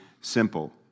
simple